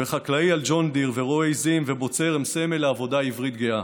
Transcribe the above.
וחקלאי על ג'ון דיר ורועה עיזים ובוצר הם סמל לעבודה עברית גאה.